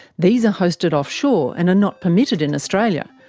these are hosted offshore and are not permitted in australia,